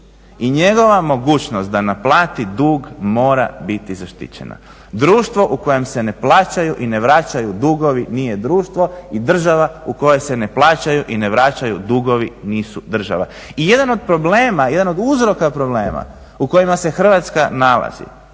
i njegova mogućnost da naplati dug mora biti zaštićena. Društvo u kojem se ne plaćaju i ne vraćaju dugovi nije društvo i država u kojoj se ne plaćaju i ne vraćaju nisu država. I jedan od problema, jedan od uzroka problema u kojima se Hrvatska nalazi